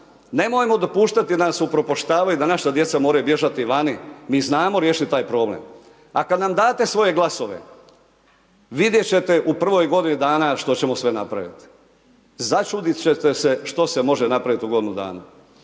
Nemojmo dopuštati da nas upropaštavaju da naša djeca moraju bježati vani, mi znamo riješiti taj problem, a kad nam date svoje glasove vidjet ćete u prvoj godini dana što ćemo sve napravit, začudit ćete se što se može napravit u godinu dana.